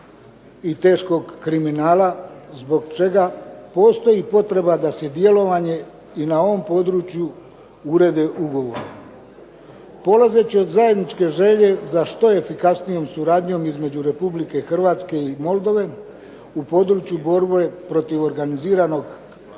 i teškog kriminala, zbog čega postoji i potreba da se djelovanje na ovom području urede ugovori. Polazeći od zajedničke želje za što efikasnijom suradnjom između Republike Hrvatske i Moldove u području borbe protiv organiziranog kriminala,